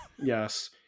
yes